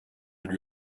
lui